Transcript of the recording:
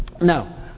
Now